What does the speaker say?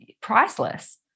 priceless